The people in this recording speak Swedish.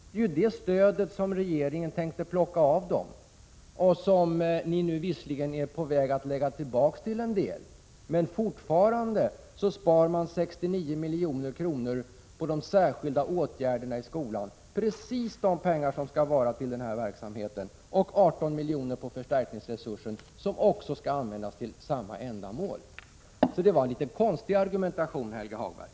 Det är ju det stödet som regeringen tänkte ta ifrån dem, men som ni nu är på väg att delvis lämna tillbaka. Fortfarande spar man emellertid 69 milj.kr. på de särskilda åtgärderna i skolan, just de pengar som är avsedda för den här verksamheten samt när det gäller förstärkningsresursen 18 milj.kr. som också skall användas för samma ändamål. Så det var en litet konstig argumentation, Helge Hagberg.